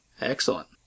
Excellent